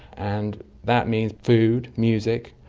and that means food, music,